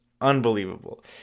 unbelievable